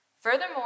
Furthermore